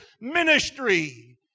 ministry